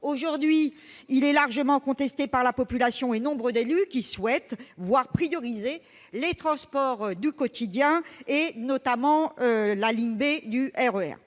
Aujourd'hui, il est largement contesté par la population et nombre d'élus, qui souhaitent voir priorisés les transports du quotidien, notamment la ligne B du RER.